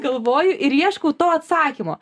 galvoju ir ieškau to atsakymo